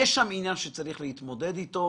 יש שם עניין שצריך להתמודד איתו,